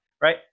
right